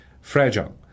fragile